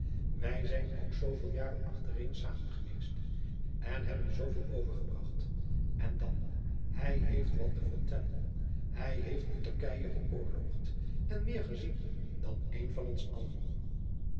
wij zijn ook zooveel jaren achtereen samen geweest en hebben zooveel overgebracht en dan hij heeft wat te vertellen hij heeft in turkijen gëoorloogd en meer gezien dan een van ons allen